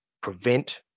prevent